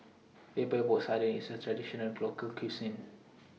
Epok Epok Sardin IS A Traditional Local Cuisine